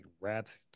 Wraps